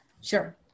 Sure